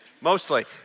mostly